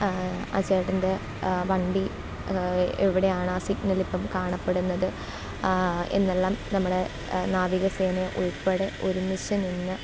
ആ ചേട്ടന്റെ വണ്ടി എവിടെയാണ് ആ സിഗ്നലിപ്പം കാണപ്പെടുന്നത് എന്നല്ലാം നമ്മുടെ നാവികസേന ഉൾപ്പടെ ഒരുമിച്ചു നിന്ന്